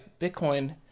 Bitcoin